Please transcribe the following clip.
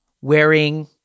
wearing